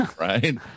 right